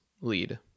lead